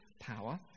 power